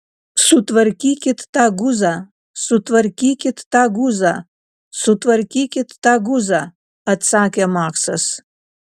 sutvarkykit tą guzą sutvarkykit tą guzą sutvarkykit tą guzą atsakė maksas